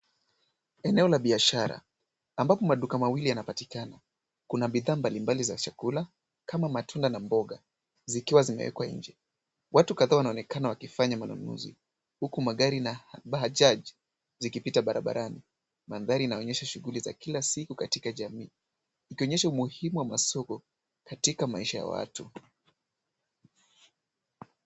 Eneo la biashara ambapo maduka mawili yanapatikana. Kuna bidhaa mbalimbali za chakula kama matunda na mboga zikiwa zimewekwa nje. Watu kadhaa wanaonekana wakifanya manunuzi huku magari na bajaji zikipita barabarani. Mandhari inaonyesha shughuli za kila siku katika jamii ikionyesha umuhimu wa masoko katika maisha ya watu.